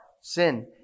sin